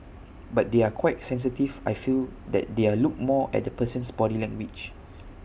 but they are quite sensitive I feel that they're look more at the person's body language